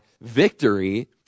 victory